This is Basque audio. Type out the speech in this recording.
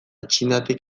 txinatik